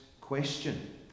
question